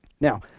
Now